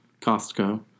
Costco